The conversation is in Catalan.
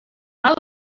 mala